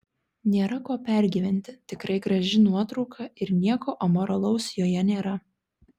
nėra ko pergyventi tikrai graži nuotrauka ir nieko amoralaus joje nėra